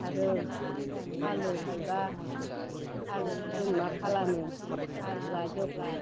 आरो आलु गायब्ला आलुखौ जों मा खालामो आलुआ जेब्ला